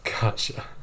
Gotcha